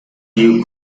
you